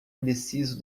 indeciso